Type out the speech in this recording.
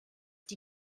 die